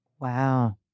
Wow